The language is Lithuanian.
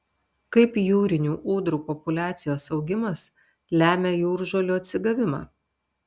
kaip jūrinių ūdrų populiacijos augimas lemia jūržolių atsigavimą